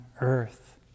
earth